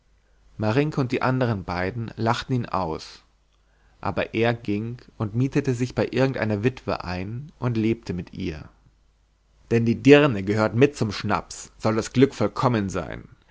marinka und die andern beiden lachten ihn aus aber er ging und mietete sich bei irgend einer witwe ein und lebte mit ihr denn die dirne gehört mit zum schnaps soll das glück vollkommen sein